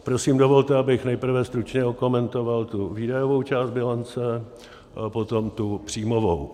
Prosím, dovolte, abych nejprve stručně okomentoval tu výdajovou část bilance a potom tu příjmovou.